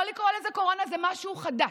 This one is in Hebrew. לא לקרוא לזה קורונה, זה משהו חדש.